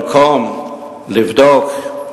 במקום לבדוק,